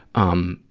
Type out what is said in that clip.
um,